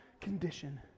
condition